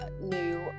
new